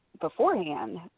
beforehand